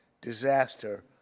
disaster